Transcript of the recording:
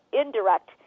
indirect